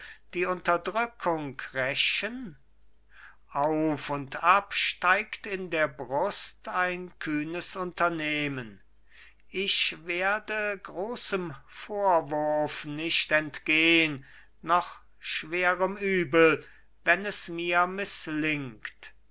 die unterdrückung rächen auf und ab steigt in der brust ein kühnes unternehmen ich werde großem vorwurf nicht entgehn noch schwerem übel wenn es mir mißlingt